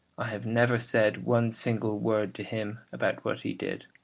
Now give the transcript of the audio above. i have never said one single word to him about what he did.